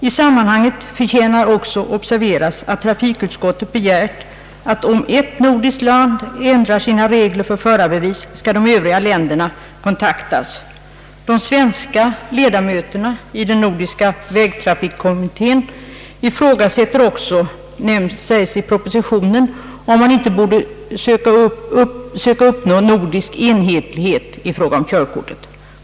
I sammanhanget förtjänar även observeras att trafikutskottet begärt att om ett nordiskt land ändrar sina regler för förarbevis skall de övriga länderna kontaktas. De svenska ledamöterna av den nordiska vägtrafikkommittén ifrågasätter också — det nämns särskilt i propositionen — om man inte borde söka uppnå nordisk enhetlighet i fråga om körkortet.